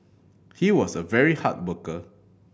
he was a very hard worker